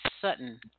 Sutton